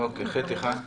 אוקיי, פסקה (ח1).